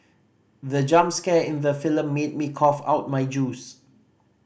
the jump scare in the film made me cough out my juice